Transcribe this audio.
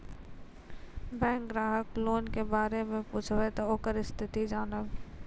Bank ग्राहक loan के बारे मैं पुछेब ते ओकर स्थिति जॉनब?